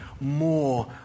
more